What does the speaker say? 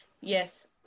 yes